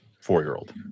four-year-old